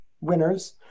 winners